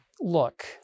look